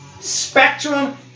Spectrum